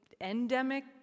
endemic